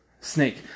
snake